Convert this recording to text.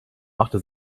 machte